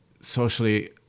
socially